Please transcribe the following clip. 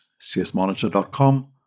csmonitor.com